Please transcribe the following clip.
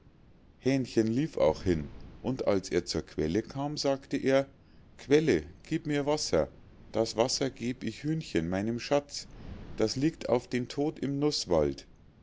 hähnchen lief auch hin und als er zur quelle kam sagte er quelle gieb mir wasser das wasser geb ich hühnchen meinem schatz das liegt auf den tod im nußwald